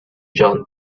john